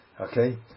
Okay